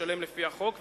לשלם לפי החוק,